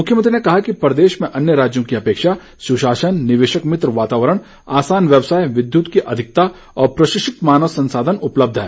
मृख्यमंत्री ने कहा कि प्रदेश में अन्य राज्यों की अपेक्षा सुशासन निवेशक मित्र वातावरण आसान व्यवसाय विद्युत की अधिकता और प्रशिक्षित मानव संसाधन उपलब्ध है